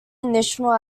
initial